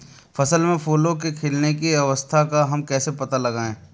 फसल में फूलों के खिलने की अवस्था का हम कैसे पता लगाएं?